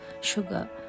sugar